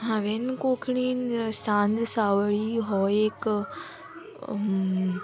हांवें कोंकणीन सांज सावळी हो एक